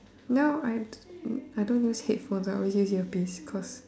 no I I don't use headphone I always use ear piece cause